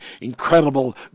incredible